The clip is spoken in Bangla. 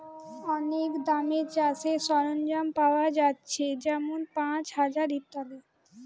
অনেক দামে চাষের সরঞ্জাম পায়া যাচ্ছে যেমন পাঁচশ, হাজার ইত্যাদি